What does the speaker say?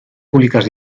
públicas